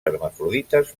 hermafrodites